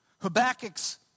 Habakkuk's